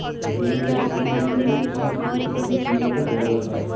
बेलन एक ऐसी मशीनरी है जिसमें पुनर्चक्रण की क्रिया को दोहराया जाता है